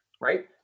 right